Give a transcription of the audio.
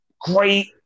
great